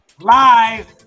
live